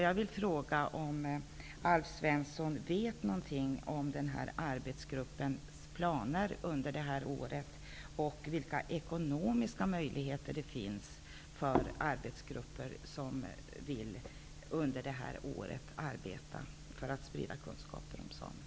Jag vill fråga om Alf Svensson vet något om arbetsgruppens planer under detta år och vilka ekonomiska möjligheter det finns för grupper som vill arbeta för att sprida kunskaper om samerna under det här året.